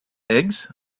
eggs